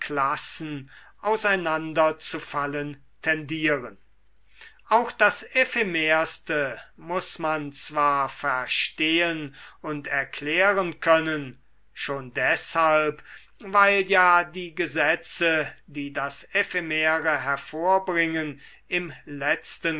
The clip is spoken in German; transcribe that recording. klassen auseinanderzufallen tendieren auch das ephemerste muß man zwar verstehen und erklären können schon deshalb weil ja die gesetze die das ephemere hervorbringen im letzten